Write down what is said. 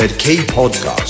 K-Podcast